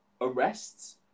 Arrests